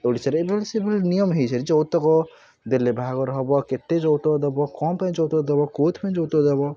ଓଡ଼ିଶାରେ ଏଭଳି ସେଭଳି ନିୟମ ହୋଇସାରିଛି ଯୌତୁକ ଦେଲେ ବାହାଘର ହେବ କେତେ ଯୌତୁକ ଦେବ କ'ଣ ପାଇଁ ଯୌତୁକ ଦେବ କେଉଁଥିପାଇଁ ଯୌତୁକ ଦେବ